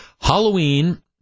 Halloween